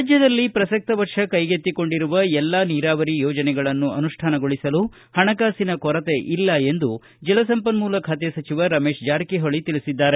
ರಾಜ್ಯದಲ್ಲಿ ಪ್ರಸಕ್ತ ವರ್ಷ ಕೈಗೆತ್ತಿಕೊಂಡಿರುವ ಎಲ್ಲಾ ನೀರಾವರಿ ಯೋಜನೆಗಳನ್ನು ಅನುಷ್ಠಾನಗೊಳಿಸಲು ಪಣಕಾಸಿನ ಕೊರತೆ ಇಲ್ಲ ಎಂದು ಜಲಸಂಪನ್ಮೂಲ ಖಾತೆ ಸಚಿವ ರಮೇಶ್ ಜಾರಕಿಹೊಳಿ ತಿಳಿಸಿದ್ದಾರೆ